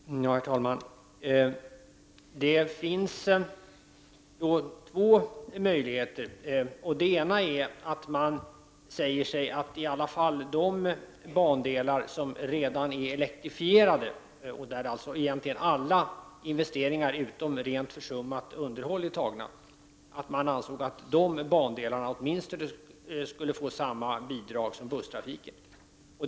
Herr talman! Det finns två möjligheter här. Den ena möjligheten är att i alla fall de bandelar som redan är elektrifierade — i det avseendet är egentligen alla investeringar gjorda utom vad gäller rent försummat underhåll — åtminstone får samma bidrag som busstrafiken.